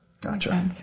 gotcha